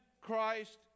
Christ